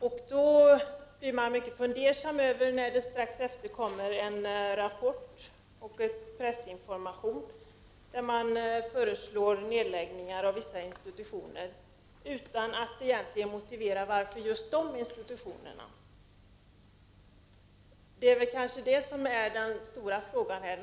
Man blir då fundersam när det strax efter detta möte kommer pressinformation och en rapport i vilka föreslås nedläggningar av vissa institutioner utan att det egentligen motiveras varför just dessa institutioner skall läggas ned. Detta är väl kanske den stora frågan här.